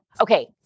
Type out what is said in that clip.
Okay